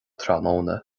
tráthnóna